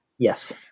Yes